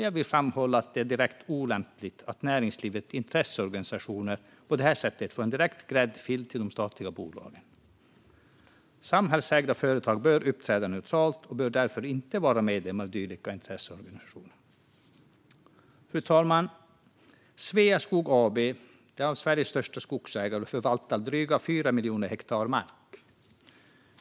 Jag vill framhålla att det är direkt olämpligt att näringslivets intresseorganisationer på detta sätt får en gräddfil till de statliga bolagen. Samhällsägda företag bör uppträda neutralt och bör därför inte vara medlemmar i dylika intresseorganisationer. Fru talman! Sveaskog AB är Sveriges största skogsägare och förvaltar drygt fyra miljoner hektar mark.